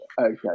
okay